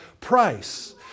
price